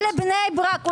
ולבני ברק.